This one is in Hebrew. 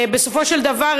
בסופו של דבר,